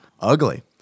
ugly